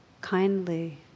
kindly